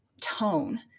tone